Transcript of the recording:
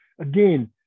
Again